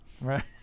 right